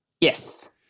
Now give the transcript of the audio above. Yes